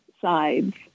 sides